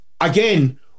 again